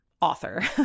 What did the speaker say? author